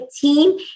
team